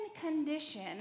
condition